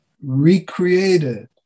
recreated